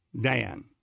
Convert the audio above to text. Dan